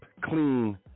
clean